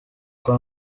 kwa